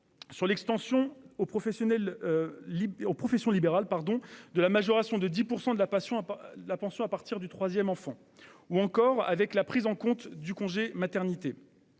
par l'extension aux professions libérales de la majoration de 10 % de la pension à partir du troisième enfant, ou encore par la prise en compte des congés maternité.